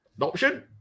option